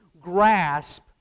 grasp